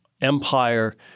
Empire